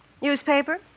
Newspaper